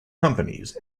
companies